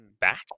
back